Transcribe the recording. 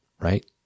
right